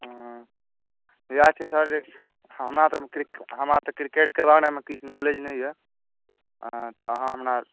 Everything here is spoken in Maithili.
इएह छै सर जे हमरा तऽ हमरा तऽ क्रिकेटके कोनो नॉलेज नहि यऽ तऽ अहाँ हमरा